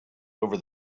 over